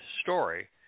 story